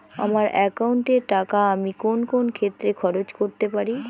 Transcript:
আমার একাউন্ট এর টাকা আমি কোন কোন ক্ষেত্রে খরচ করতে পারি?